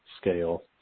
Scale